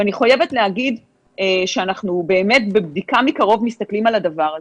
אני חייבת להגיד שאנחנו באמת בבדיקה מקרוב מסתכלים על הדבר הזה,